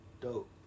Dope